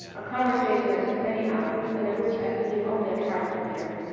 a conversation that took many hours and of which i can give only a fragment here.